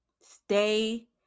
Stay